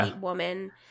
woman